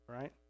right